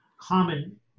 common